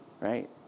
right